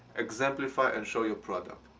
exemplify and show your product.